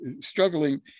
struggling